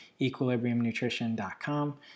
equilibriumnutrition.com